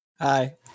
Hi